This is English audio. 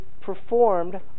performed